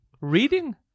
Reading